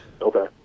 Okay